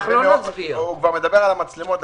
הוא מדבר על המצלמות,